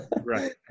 Right